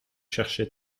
chercher